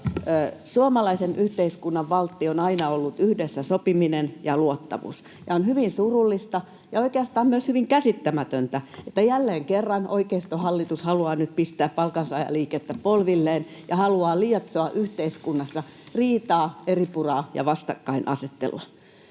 Suomalaisen yhteiskunnan valtti on aina ollut yhdessä sopiminen ja luottamus, ja on hyvin surullista ja oikeastaan myös hyvin käsittämätöntä, että jälleen kerran oikeistohallitus haluaa nyt pistää palkansaajaliikettä polvilleen ja haluaa lietsoa yhteiskunnassa riitaa, eripuraa ja vastakkainasettelua.